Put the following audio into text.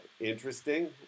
interesting